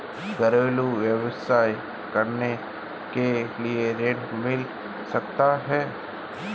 घरेलू व्यवसाय करने के लिए ऋण मिल सकता है?